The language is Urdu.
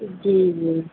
جی جی